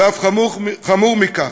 ואף חמור מכך,